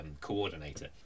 coordinator